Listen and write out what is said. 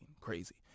Crazy